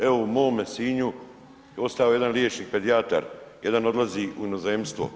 Evo u mome Sinju ostao je jedan liječnik, pedijatar, jedan odlazi u inozemstvo.